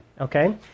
okay